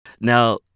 Now